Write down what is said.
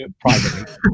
privately